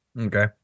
Okay